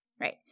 Right